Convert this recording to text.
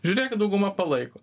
žiūrėkit dauguma palaiko